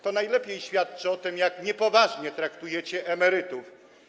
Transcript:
To najlepiej świadczy o tym, jak niepoważnie traktujecie emerytów.